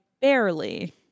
barely